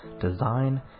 design